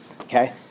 okay